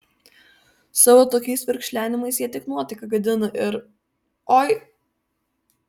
savo tokiais verkšlenimais jie tik nuotaiką gadina ir oi